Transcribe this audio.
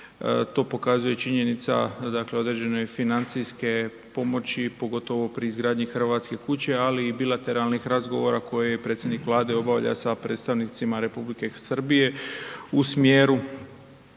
to pokazuje činjenica dakle određene financijske pomoći pogotovo pri izgradnji Hrvatske kuće, ali i bilateralnih razgovora koje je predsjednik Vlade obavlja sa predstavnicima R. Srbije u smjeru